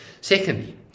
Secondly